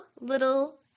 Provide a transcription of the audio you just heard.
little